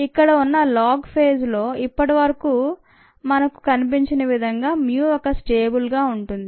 ఇక్కడ ఉన్న log phase లో ఇప్పటి వరకు మనకు కనిపించిన విధంగా MU ఒక స్టేబుల్ గా ఉంటుంది